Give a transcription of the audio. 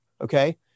Okay